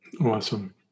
Awesome